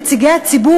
נציגי הציבור,